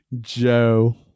Joe